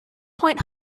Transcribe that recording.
point